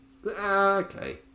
Okay